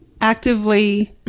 Actively